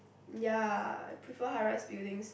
ya I prefer high-rise buildings